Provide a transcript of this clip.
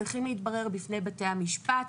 צריכים להתברר בפני בתי המשפט.